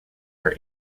are